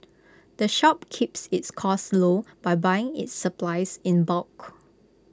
the shop keeps its costs low by buying its supplies in bulk